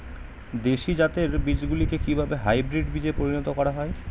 দেশি জাতের বীজগুলিকে কিভাবে হাইব্রিড বীজে পরিণত করা হয়?